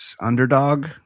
Underdog